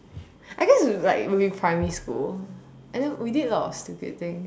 I guess like maybe primary school and then we did a lot of stupid things